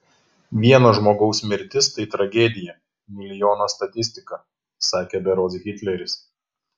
vieno žmogaus mirtis tai tragedija milijono statistika sakė berods hitleris